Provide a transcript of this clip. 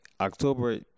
October